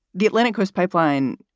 the atlantic coast pipeline,